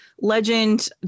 legend